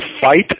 fight